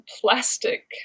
plastic